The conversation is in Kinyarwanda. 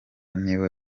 niwe